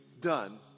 done